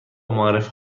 معرف